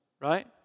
right